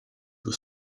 were